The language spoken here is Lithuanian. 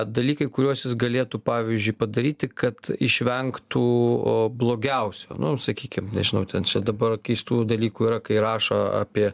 dalykai kuriuos jis galėtų pavyzdžiui padaryti kad išvengtų blogiausio nu sakykim nežinau ten čia dabar keistų dalykų yra kai rašo apie